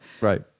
Right